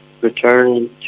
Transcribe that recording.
return